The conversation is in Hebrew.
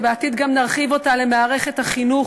ובעתיד גם נרחיב אותה למערכת החינוך,